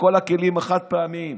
בכלים החד-פעמיים,